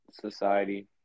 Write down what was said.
Society